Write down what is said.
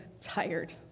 tired